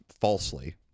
falsely